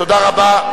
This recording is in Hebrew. תודה רבה.